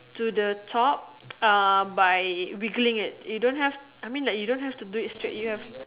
to the top uh by wiggling it you don't have I mean like you don't have to do it straight have